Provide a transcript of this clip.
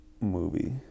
movie